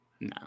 no